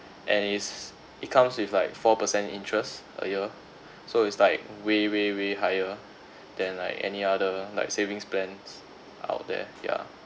and it's it comes with like four percent interest a year so it's like way way way higher than like any other like savings plans out there yeah